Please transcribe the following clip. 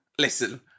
listen